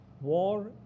war